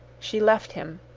she left him,